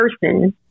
person